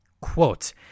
Quote